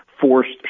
forced